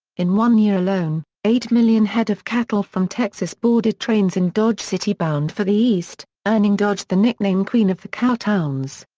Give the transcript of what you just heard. in one year alone, eight million head of cattle from texas boarded trains in dodge city bound for the east, earning dodge the nickname queen of the cowtowns.